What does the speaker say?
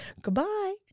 Goodbye